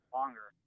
longer